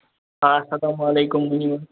آ اَسلام علیکُم ؤنِو حظ